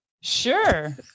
Sure